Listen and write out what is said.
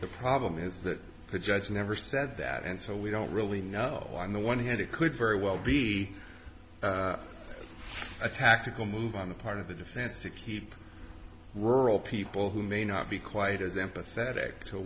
the problem is that the judge never said that and so we don't really know on the one hand it could very well be a tactical move on the part of the defense to keep rural people who may not be quite as empathetic to